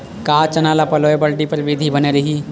का चना ल पलोय बर ड्रिप विधी बने रही?